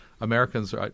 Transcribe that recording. Americans